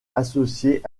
associée